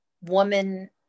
woman